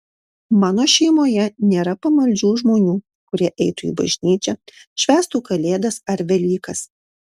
mano šeimoje nėra pamaldžių žmonių kurie eitų į bažnyčią švęstų kalėdas ar velykas